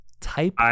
type